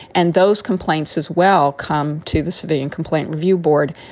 and those complaints as well come to the civilian complaint review board.